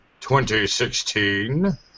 2016